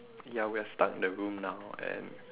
ya we're stuck in the room now and